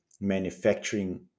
manufacturing